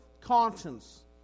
conscience